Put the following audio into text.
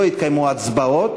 לא יתקיימו הצבעות,